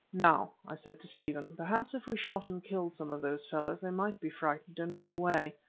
now, i said to stephen, perhaps if we shot and killed some of those fellows, they might be frightened and run away.